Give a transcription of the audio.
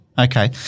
Okay